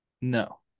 No